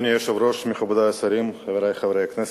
אדוני היושב-ראש, מכובדי השרים, חברי חברי הכנסת,